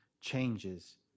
changes